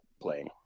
playing